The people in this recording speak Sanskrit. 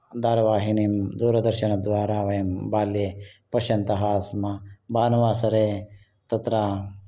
धारावाहिनीं दूरदर्शनद्वारा वयं बाल्ये पश्यन्तः आस्म भानुवासरे तत्र